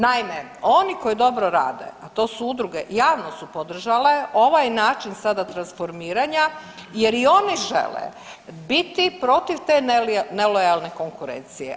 Naime, oni koji dobro rade, a to su udruge javno su podržale ovaj način sada transformiranja jer i oni žele biti protiv te nelojalne konkurencije.